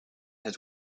has